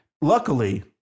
Luckily